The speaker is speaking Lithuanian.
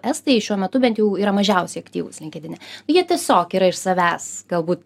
estai šiuo metu bent jau yra mažiausiai aktyvūs linkedine jie tiesiog yra iš savęs galbūt